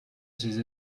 ces